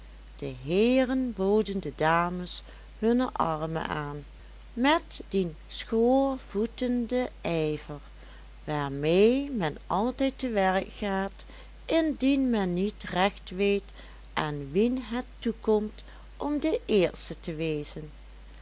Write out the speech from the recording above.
de heeren boden de dames hunne armen aan met dien schoorvoetenden ijver waarmee men altijd te werk gaat indien men niet recht weet aan wien het toekomt om de eerste te wezen